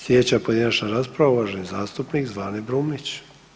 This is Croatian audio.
Sljedeća pojedinačna rasprava, uvaženi zastupnik Zvane Brumnić.